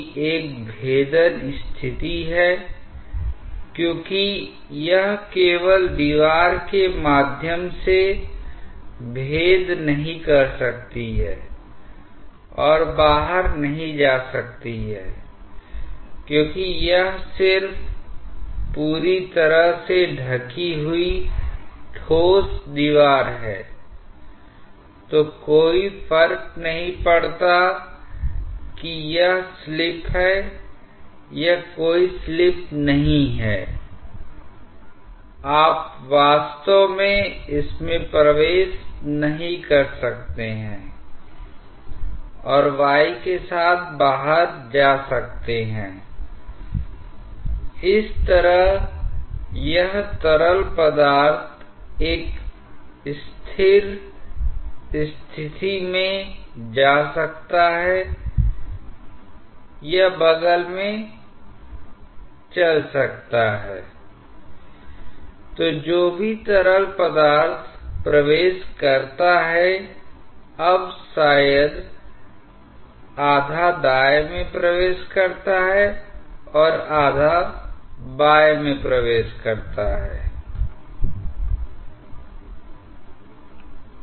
इसलिए इस गुणांक का एक से जितना विचलन होगा उतनी ही ज्यादा प्रवाह में गैर आदर्शता की उपस्थिति होगी I और यह केवल प्रवाह में गैर आदर्शता व्यापक रूप से ही नहीं दिखाता बल्कि यह विशेष रूप से प्रवाह दर में जो गैर आदर्शता सम्मिलित है उसको भी व्यक्त करता हैI तो इसका मतलब है कि Δh के संदर्भ में इस घर्षण का कुल प्रभाव क्या है और वेग वितरण में त्रुटि का क्या प्रभाव है यह पहले से ही ऊर्जा के लिए संबंधित अभिव्यक्ति में अंतर्निहित है I जब हमटर्बूलेंट प्रवाह के बारे में चर्चा करेंगे तो हम देखेंगे कि टर्बूलेंस एक ऐसी स्थिति है जो अनुभाग पर लगभग एक समान वेग प्रोफ़ाइल बनाएगी इसलिए हम किसी तरह से सही वेग प्रोफ़ाइल को लिखने या वर्णन करने में हमसे जो लापरवाही होती है इसका ध्यान रखेंगेI लेकिन फिर भी हम यह देखने की कोशिश करते हैं कि किस अनुभाग में अनुभाग 1 या अनुभाग 2 में त्रुटि अधिक होगी